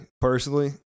Personally